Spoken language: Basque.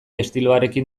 estiloarekin